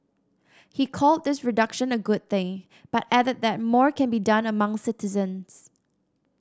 he called this reduction a good thing but added that more can be done among citizens